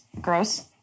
Gross